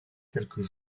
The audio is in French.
quelques